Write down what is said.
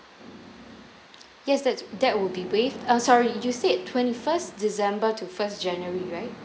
yes that that would be waive uh sorry you said twenty first december to first january right